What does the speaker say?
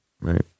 right